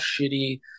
shitty